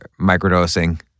microdosing